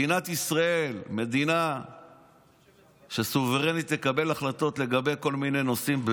מדינת ישראל היא מדינה שסוברנית לקבל החלטות לגבי כל מיני נושאים,